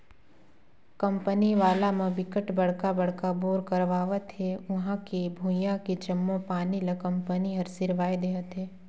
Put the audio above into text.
company वाला म बिकट बड़का बड़का बोर करवावत हे उहां के भुइयां के जम्मो पानी ल कंपनी हर सिरवाए देहथे